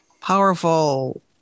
powerful